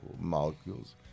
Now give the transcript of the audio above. molecules